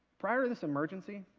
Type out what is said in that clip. prior to this emergency,